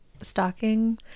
stocking